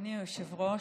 אדוני היושב-ראש.